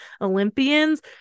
olympians